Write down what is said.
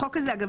בחוק הסכמים